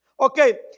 Okay